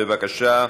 בבקשה.